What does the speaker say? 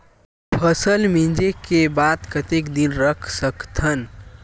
फसल मिंजे के बाद कतेक दिन रख सकथन?